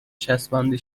چسبانده